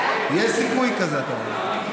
יש סיכוי כזה, אתה אומר.